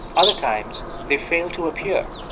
other times, they fail to appear,